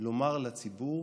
לומר לציבור